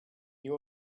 you